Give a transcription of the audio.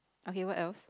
okay what else